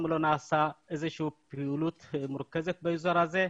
לא נעשתה פעילות מרוכזת באזור הזה.